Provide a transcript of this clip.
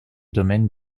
domaine